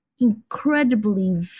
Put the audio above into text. incredibly